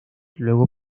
luego